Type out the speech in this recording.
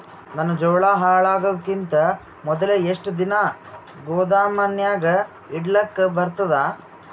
ನನ್ನ ಜೋಳಾ ಹಾಳಾಗದಕ್ಕಿಂತ ಮೊದಲೇ ಎಷ್ಟು ದಿನ ಗೊದಾಮನ್ಯಾಗ ಇಡಲಕ ಬರ್ತಾದ?